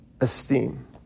esteem